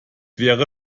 wäre